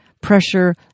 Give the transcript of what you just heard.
pressure